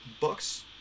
Bucks